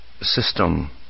system